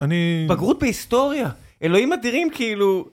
אני... בגרות בהיסטוריה, אלוהים אדירים כאילו...